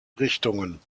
richtungen